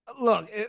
Look